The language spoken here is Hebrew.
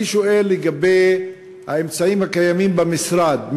אני שואל לגבי האמצעים הקיימים במשרד.